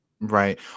Right